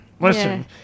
listen